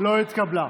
לא התקבלה.